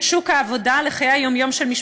המשך סדר-היום: